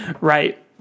Right